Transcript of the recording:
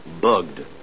bugged